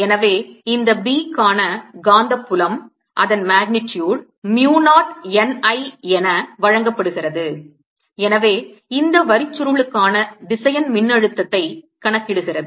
எனவே இந்த B க்கான காந்தப் புலம் அதன் magnitude mu 0 n I என வழங்கப்படுகிறது எனவே இந்த வரிச்சுருளுக்கான திசையன் மின்னழுத்தத்தைக் கணக்கிடுகிறது